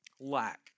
Lack